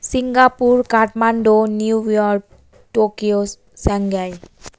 Singapore Kathmandu New York Tokyo Shanghai